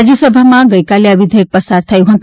રાજયસભામાં ગઇકાલે આ વિધેયક પસાર થયું છે